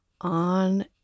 on